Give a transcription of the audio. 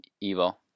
Evil